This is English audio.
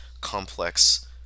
complex